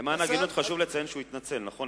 למען ההגינות חשוב לציין שהוא התנצל, נכון?